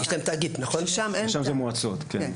ששם זה מועצות, כן.